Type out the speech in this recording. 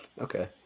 Okay